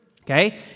Okay